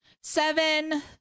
seven